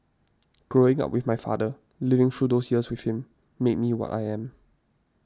growing up with my father living through those years with him made me what I am